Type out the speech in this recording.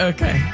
Okay